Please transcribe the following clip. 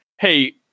hey